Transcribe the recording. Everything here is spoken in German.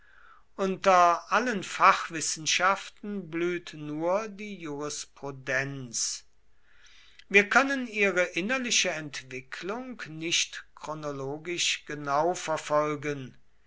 unter allen fachwissenschaften blüht nur die jurisprudenz wir können ihre innerliche entwicklung nicht chronologisch genau verfolgen